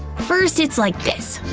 first it's like this.